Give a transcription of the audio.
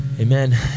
Amen